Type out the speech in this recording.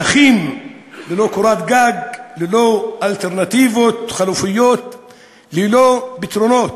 נכים, ללא קורת גג, ללא אלטרנטיבות, ללא פתרונות.